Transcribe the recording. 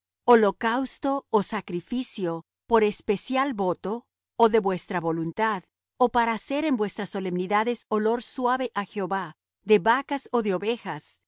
holocausto ó sacrificio por especial voto ó de vuestra voluntad ó para hacer en vuestras solemnidades olor suave á jehová de vacas ó de ovejas